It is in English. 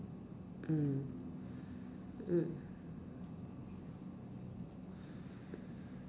mm mm